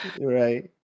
Right